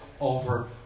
over